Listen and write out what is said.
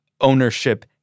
Ownership